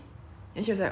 then she was like oh